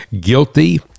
guilty